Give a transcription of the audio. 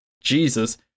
Jesus